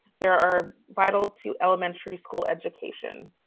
they are vital to elementary school education.